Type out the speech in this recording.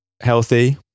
healthy